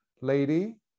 Lady